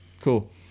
Cool